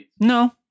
No